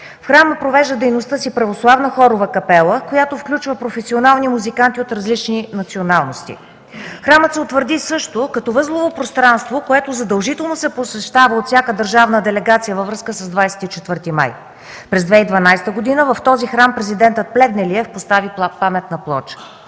В храма провежда дейността си православна хорова капела, която включва професионални музиканти от различни националности. Храмът се утвърди също като възлово пространство, което задължително се посещава от всяка държавна делегация във връзка с 24 май. През 2012 г. в този храм президентът Плевнелиев постави паметна плоча.